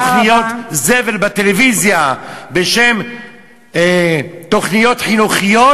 בתוכניות זבל בטלוויזיה, בשם תוכניות חינוכיות,